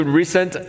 recent